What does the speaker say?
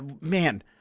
man